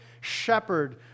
shepherd